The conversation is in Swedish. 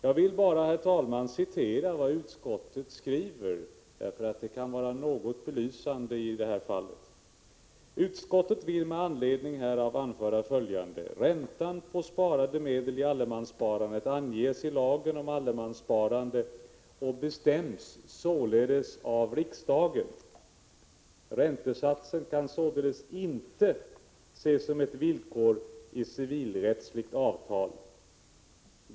Jag vill, herr talman, citera vad utskottet skriver, därför att det kan vara belysande: ”Utskottet vill med anledning härav anföra följande. Räntan på sparade medel i allemanssparandet anges i lagen om allemanssparande och bestäms således av riksdagen. Räntesatsen kan således inte ses som ett villkor i civilrättsligt avtal.